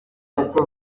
uko